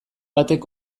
batek